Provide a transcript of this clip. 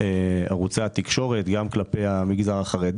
הנושא הזה עלה גם אליי במספר ורסיות שונות,